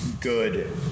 good